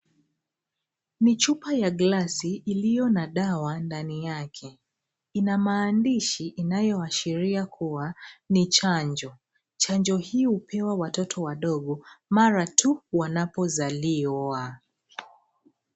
Ni chupa ya gilasi iliyo na dawa ndani yake. Ina maadishi inayoashiria kuwa ni chanjo. Chanjo hii hupewa watoto wadogo mara tu wanapozaliwa.